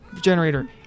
generator